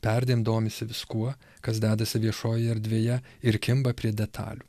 perdėm domisi viskuo kas dedasi viešojoje erdvėje ir kimba prie detalių